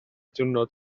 diwrnod